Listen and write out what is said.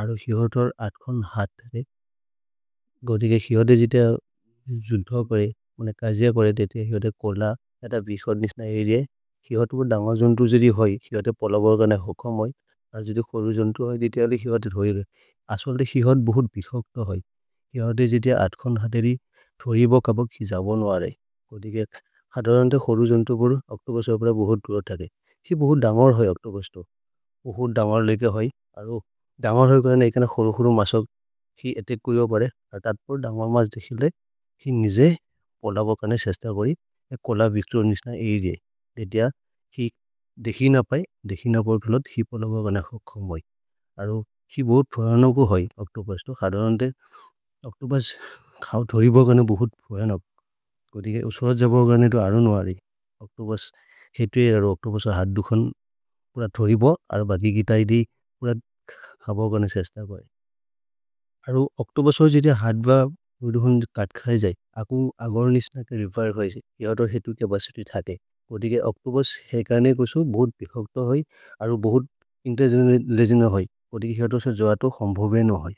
अरो हिवतर् अत्कोन् हत् थेपे। गोदिके हिवते जिते जुन्धो करे, मने कजिय करे देते। हिवते कोल, एत बिशोद् निस्न अरेअए। हिवते पुर् दन्गजुन्तु जिदि होइ, हिवते पलबर्गन होकम् होइ, अरो जिदि खोरुजुन्तु होइ। देते अलि हिवते धोये गरे। अस्वले दे हिवते बहुत् बिशोक्त होइ। हिवते जिते अत्कोन् हतेरि थोरि ब कबक् हिजबोन् वरे। गोदिके खगरन्ते खोरुजुन्तु कुरु, ओच्तोबस् अवले बहुत् धुर थगे। हि बहुत् दन्गर् होइ ओच्तोबस् तो। भहुत् दन्गर् लेके होइ। अरो दन्गर् होइ करने एकन खोरो खोरो मसब्, हि एते कुइव बरे। अ तत्पोरे दन्गर् मस् देखिले, हि निजे पलबर्गन सेश्त करि। एक् कोल बिशोद् निस्न अरेअए, देते अ। हि देखि न पए, देखि न पर् फलद्, हि पलबर्गन होकम् होइ। अरो हि बहुत् फोयनग् होइ ओच्तोबस् तो। खगरन्ते ओच्तोबस् घओ धोरि बगने बहुत् फोयनग्। गोदिके उसोरज् जबोगने तो अरोन् वरे, ओच्तोबस् हेतु ए। अरो ओच्तोबस् हात् दुखोन् कुर थोरि ब, अरो बगि गितै दि। कुर खबोगने सेश्त करि। अरो ओच्तोबस् होज् जिते हात् ब, दुखोन् कत्खए जै। अकु अगोर् निस्न के रेफेर् होइसे, हिवतर् हेतु कपसिति थके। गोदिके ओच्तोबस् हेकने कोशो बहुत् बिशोक्त होइ, अरो बहुत् इन्तेर्जेन लेजेन होइ। गोदिके हिवतर् से जातो हम्भोबेन होइ।